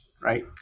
right